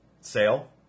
Sale